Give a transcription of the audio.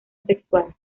sexual